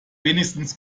wenigstens